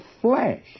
flesh